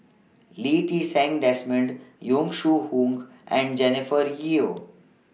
Lee Ti Seng Desmond Yong Shu Hoong and Jennifer Yeo